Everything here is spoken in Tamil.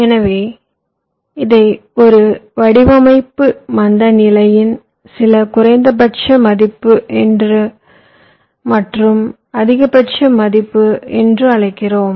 எனவே இதை ஒரு வடிவமைப்பு மந்தநிலையின் சில குறைந்தபட்ச மதிப்பு மற்றும் அதிகபட்ச மதிப்பு என்று அழைக்கிறோம்